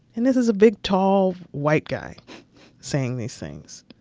and this is a big, tall white guy saying these things,